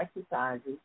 exercises